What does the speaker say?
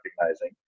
recognizing